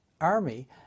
army